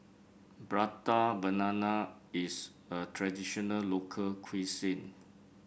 Prata Banana is a traditional local cuisine